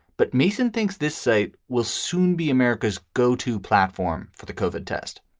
but mason thinks this site will soon be america's go to platform for the cova test.